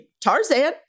Tarzan